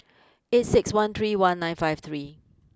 eight six one three one nine five three